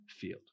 field